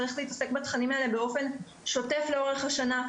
צריך להתעסק בתכנים האלה שוטף לאורך השנה,